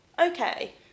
Okay